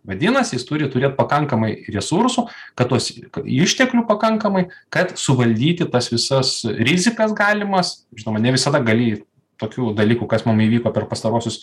vadinasi jis turi turėt pakankamai resursų kad tos išteklių pakankamai kad suvaldyti tas visas rizikas galimas žinoma ne visada gali tokių dalykų kas mum įvyko per pastaruosius